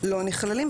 לא נכללים.